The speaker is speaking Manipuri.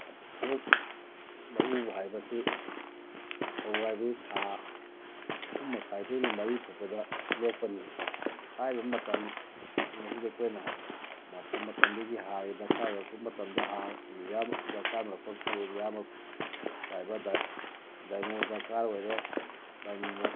ꯊꯕꯛ ꯂꯧ ꯎꯕ ꯍꯥꯏꯕꯁꯤ ꯐꯧ ꯍꯥꯏꯕꯗꯤ ꯊꯥ ꯑꯍꯨꯝ ꯃꯈꯥꯏꯗꯒꯤꯅ ꯃꯔꯤ ꯃꯈꯥꯏ ꯐꯥꯎꯕꯗ ꯂꯣꯛꯀꯅꯤ ꯍꯥꯏꯔꯤꯕ ꯃꯇꯝ ꯁꯤꯡ ꯑꯁꯤꯗ ꯑꯩꯈꯣꯏꯅ ꯃꯇꯝ ꯃꯇꯝꯗꯨꯒꯤ ꯍꯥꯔꯒꯤ ꯗꯔꯀꯥꯔ ꯑꯣꯏꯔꯛꯄ ꯃꯇꯝꯗ ꯍꯥꯔ ꯌꯨꯔꯤꯌꯥ ꯗꯔꯀꯥꯔ ꯑꯣꯏꯔꯛꯄ ꯃꯇꯝꯗ ꯌꯨꯔꯤꯌꯥ ꯆꯥꯏꯕ ꯗꯥꯏꯃꯣ ꯗꯔꯀꯥꯔ ꯑꯣꯏꯔꯦ ꯗꯥꯏꯃꯣ